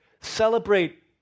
Celebrate